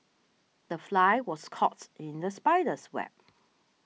the fly was in the spider's web